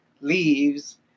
leaves